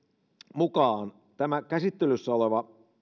mukaan tämä käsittelyssä oleva